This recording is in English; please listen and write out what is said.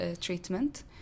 treatment